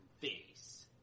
Face